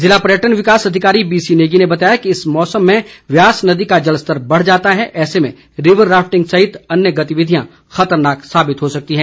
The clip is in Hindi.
ज़िला पर्यटन विकास अधिकारी बीसी नेगी ने बताया कि इस मौसम में ब्यास नदी का जलस्तर बढ़ जाता है ऐसे में रिवर राफिटंग सहित अन्य गतिविधियां खतरनाक साबित हो सकती है